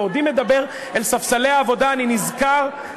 בעודי מדבר אל ספסלי העבודה אני נזכר,